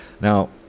Now